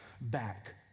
back